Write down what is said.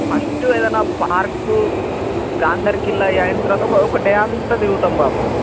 first ఏదన్నా park గాంధర్ కిల్ అవి అయిన తర్వాత ఒక డే అంతా తిరుగుతాం బాపు